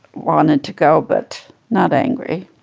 wanted to go but not angry